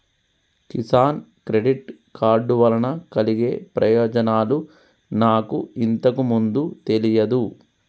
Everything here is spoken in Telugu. కిసాన్ క్రెడిట్ కార్డు వలన కలిగే ప్రయోజనాలు నాకు ఇంతకు ముందు తెలియదు